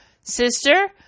sister